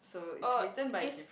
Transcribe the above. uh is